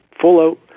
full-out